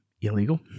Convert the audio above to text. illegal